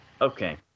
Okay